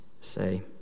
say